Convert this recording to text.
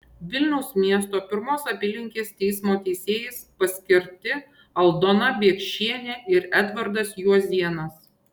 vilniaus miesto pirmos apylinkės teismo teisėjais paskirti aldona biekšienė ir edvardas juozėnas